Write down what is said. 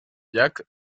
jack